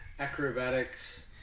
Acrobatics